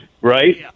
right